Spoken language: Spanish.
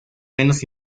menos